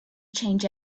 change